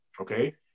okay